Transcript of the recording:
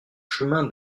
chemin